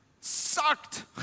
Sucked